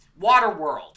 Waterworld